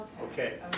Okay